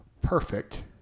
perfect